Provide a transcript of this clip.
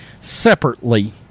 separately